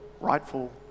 rightful